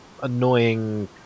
Annoying